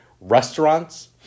restaurants